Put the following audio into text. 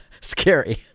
scary